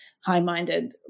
high-minded